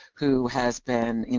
who has been, you